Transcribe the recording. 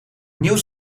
nieuws